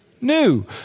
New